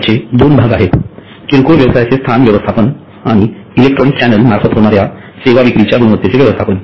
त्याचे दोन भाग आहेत किरकोळ व्यवसायाचे स्थान व्यवस्थापन आणि इलेक्ट्रॉनिक चॅनेल मार्फत होणाऱ्या सेवा विक्रीच्या गुणवत्तेचे व्यवस्थापन